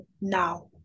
now